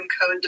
Code